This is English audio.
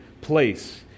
place